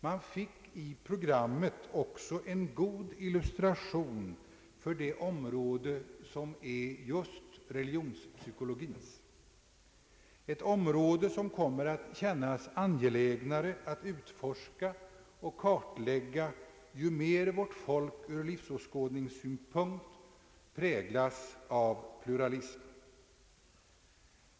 Man fick i programmet också en god illustration för det område som är religionspsykologiens, ett område som det kommer att kännas angelägnare att utforska och kartlägga ju mer vårt folk ur livsåskådningssynpunkt präglas av pluralism.